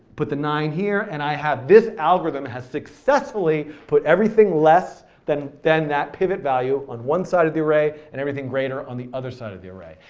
put the nine here, and i have, this algorithm has successfully put everything less than than that pivot value on one side of the array, and everything greater on the other side of the array.